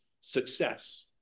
success